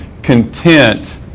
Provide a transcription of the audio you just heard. content